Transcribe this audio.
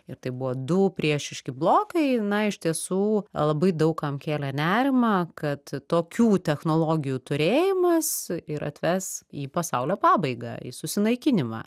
ir tai buvo du priešiški blokai na iš tiesų labai daug kam kėlė nerimą kad tokių technologijų turėjimas ir atves į pasaulio pabaigą į susinaikinimą